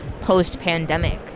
post-pandemic